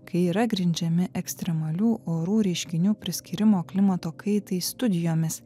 kai yra grindžiami ekstremalių orų reiškinių priskyrimo klimato kaitai studijomis